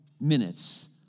minutes